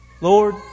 Lord